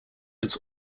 its